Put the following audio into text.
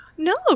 No